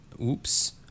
Oops